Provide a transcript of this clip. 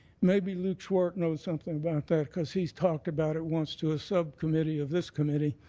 maybe luke schwartz knows something about that because he talked about it once to a subcommittee of this committee.